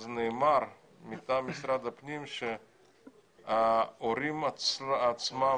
אז נאמר מטעם משרד הפנים שההורים עצמם